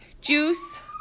Juice